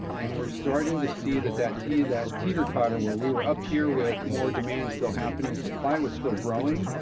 and we're starting to see that that teeter that teeter totter where we were up here with more demand still happening, supply were still growing,